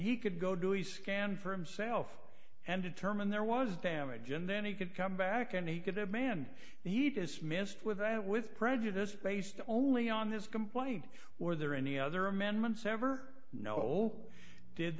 he could go to e scan for himself and determine there was damage and then he could come back and he could have man he dismissed with that with prejudice based only on his complaint were there any other amendments ever know did